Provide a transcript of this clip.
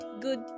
good